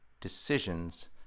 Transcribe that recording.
decisions